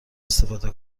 استفاده